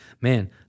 man